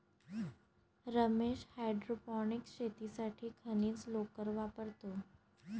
Ramesh hydroponics शेतीसाठी खनिज लोकर वापरतो